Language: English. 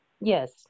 Yes